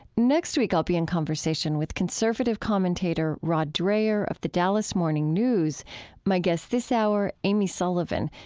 next week, i'll be in conversation with conservative commentator rod dreher of the dallas morning news my guest this hour, amy sullivan,